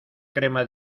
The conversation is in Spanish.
crema